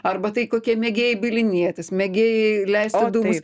arba tai kokie mėgėjai bylinėtis mėgėjai leisti dūmus